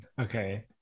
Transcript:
okay